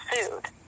food